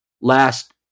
last